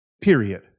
Period